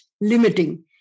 limiting